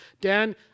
Dan